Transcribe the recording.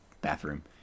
bathroom